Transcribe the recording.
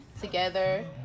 together